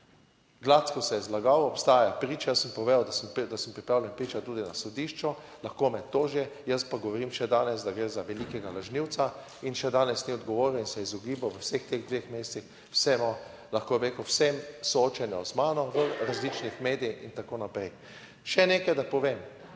Gladko se je zlagal. Obstajajo, priča sem, povedal sem, da sem pripravljen pričati tudi na sodišču, lahko me toži, jaz pa govorim še danes, da gre za velikega lažnivca. In še danes ni odgovoril in se je izogibal v vseh teh dveh mesecih vsemu, lahko bi rekel, vsem soočenju z mano v različnih medijih in tako naprej. Še nekaj, da povem.